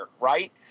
right